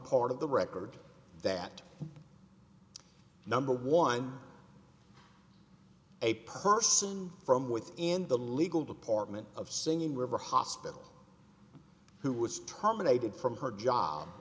part of the record that number one a person from within the legal department of singing river hospital who was terminated from her job